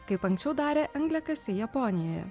kaip anksčiau darė angliakasiai japonijoje